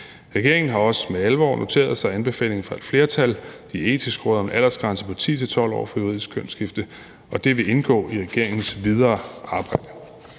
Regeringen har også med alvor noteret sig anbefalingen fra et flertal i Det Etiske Råd om en aldersgrænse på 10-12 år for juridisk kønsskifte, og det vil indgå i regeringens videre arbejde.